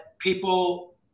people